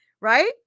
Right